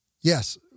Yes